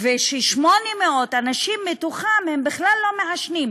וש-800 אנשים מתוכם הם בכלל לא מעשנים,